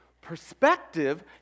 perspective